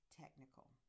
technical